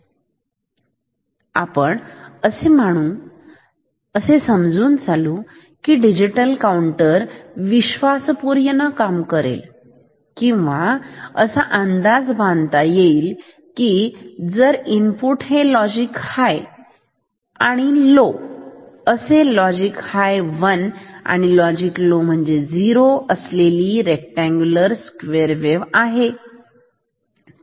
तरआपण असे मानू आपण असे समजून चालू की डिजिटल काउंटर विश्वासपूर्ण काम करेल किंवा असा अंदाज बांधता येईल की जर इनपुट हे लॉजिक हाय 1 आणि लो 0 अशी लॉजिक हाय 1 आणि लो 0 असलेली रेक्टअँगल स्क्वेअर वेव्ह असेल तरच